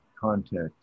context